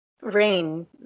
rain